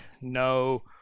no